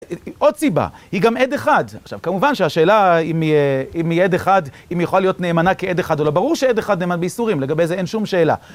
עוד סיבה, היא גם עד אחד, עכשיו כמובן שהשאלה אם היא עד אחד, אם היא יכולה להיות נאמנה כעד אחד, אבל ברור שעד אחד נאמן ביסורים, לגבי זה אין שום שאלה.